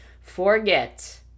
forget